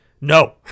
No